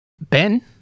Ben